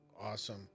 Awesome